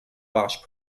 bosch